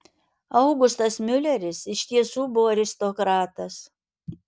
augustas miuleris iš tiesų buvo aristokratas